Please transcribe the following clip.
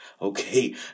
Okay